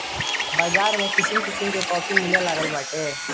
बाज़ार में किसिम किसिम के काफी मिलेलागल बाटे